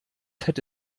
hätte